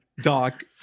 Doc